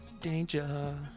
Danger